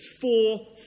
four